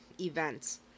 events